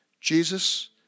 Jesus